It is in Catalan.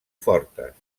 fortes